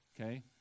Okay